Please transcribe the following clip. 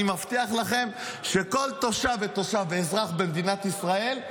אני מבטיח לכם שכל תושב ואזרח במדינת ישראל,